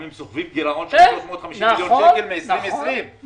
הם גם סוחבים גרעון של 350 מיליון שקלים משנת 2020. נכון.